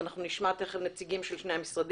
אנחנו תכף נשמע נציגים של שני המשרדים.